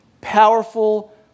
powerful